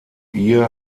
ihr